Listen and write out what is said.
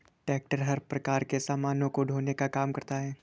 tractor हर प्रकार के सामानों को ढोने का काम करता है